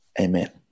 Amen